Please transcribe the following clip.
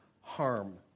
harm